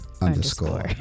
underscore